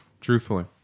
Truthfully